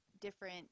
different